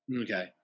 Okay